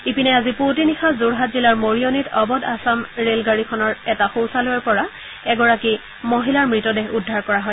ইপিনে আজি পুৱতি নিশা যোৰহাট জিলাৰ মৰিয়নিত অবধ আছাম ৰে'লগাড়ীখনৰ এটা শৌচালয়ৰ পৰা এগৰাকী মহিলাৰ মৃতদেহ উদ্ধাৰ কৰা হয়